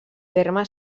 terme